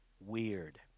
weird